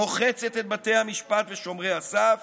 מוחצת את בתי המשפט ושומרי הסף